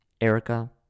Erica